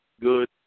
good